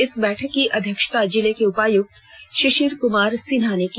इस बैठक की अध्यक्षता जिले को उपायुक्त शिशिर कुमार सिन्हा ने की